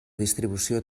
distribució